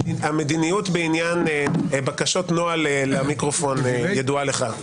-- המדיניות בעניין בקשות נוהל למיקרופון ידועה לך,